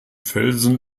felsen